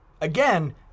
Again